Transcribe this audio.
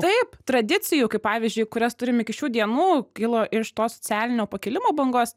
taip tradicijų kaip pavyzdžiui kurias turim iki šių dienų kilo iš to socialinio pakilimo bangos